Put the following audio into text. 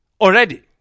already